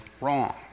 wrong